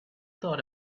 thought